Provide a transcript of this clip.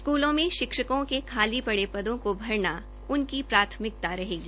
स्कूलों में शिक्षकों के खाली पड़े पदों को भरना उनकी प्राथमिकता रहेगी